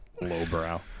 Lowbrow